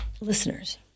Listeners